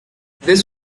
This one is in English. this